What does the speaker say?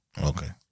Okay